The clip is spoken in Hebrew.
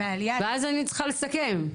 ואז אני צריכה לסכם.